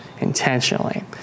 intentionally